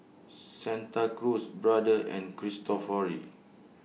Santa Cruz Brother and Cristofori